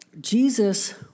Jesus